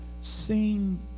seen